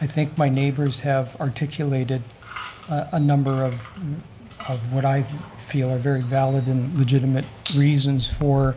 i think my neighbors have articulated a number of of what i feel are very valid and legitimate reasons for